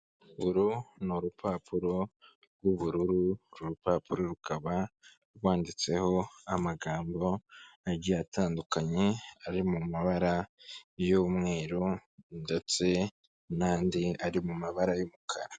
Uru ni urupapuro rw'ubururu, uru rupapuro rukaba rwanditseho amagambo agiye atandukanye, ari mu mabara y'umweru ndetse n'andi ari mu mabara y'umukara.